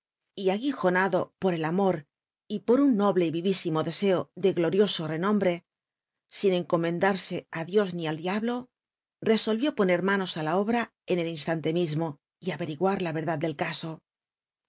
y aguijonado por el amor por un noble y vivísimo deseo de glorioso rcnomlwc sin eucomentlarsc á l ios ni al diablo resoli ió poner manos á la obra en el instan te mismo y averiguar la cnlatl del caso